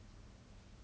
okay okay